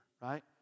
right